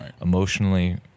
Emotionally